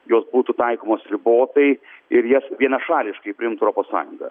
jos būtų taikomos ribotai ir jas vienašališkai priimtų europos sąjunga